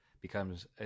becomes